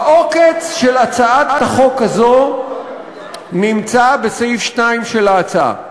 העוקץ של הצעת החוק הזו נמצא בסעיף 2 של ההצעה,